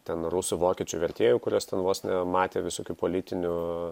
ten rusų vokiečių vertėjų kuriuos ten vos ne matė visokių politinių